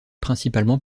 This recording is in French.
principalement